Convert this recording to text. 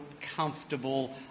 comfortable